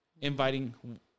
inviting